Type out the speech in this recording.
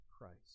Christ